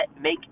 make